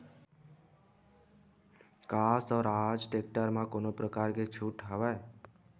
का स्वराज टेक्टर म कोनो प्रकार के छूट हवय?